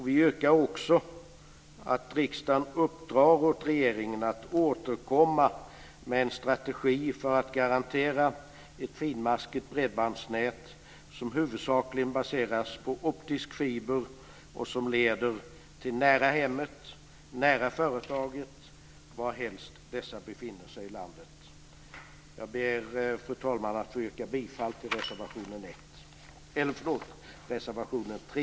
Vi yrkar också att riksdagen uppdrar åt regeringen att återkomma med en strategi för att garantera ett finmaskigt bredbandsnät som huvudsakligen baseras på optisk fiber och som leder till "nära hemmet" och "nära företaget" varhelst dessa befinner sig i landet. Jag ber, fru talman, att få yrka bifall till reservation 3.